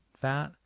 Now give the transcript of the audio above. fat